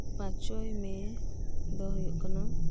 ᱯᱟᱸᱪᱚᱭ ᱢᱮ ᱫᱚ ᱦᱳᱭᱳᱜ ᱠᱟᱱᱟ